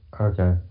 Okay